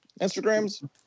Instagrams